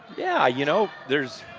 yeah, you know, there's